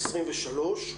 העשרים-ושלוש.